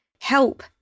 help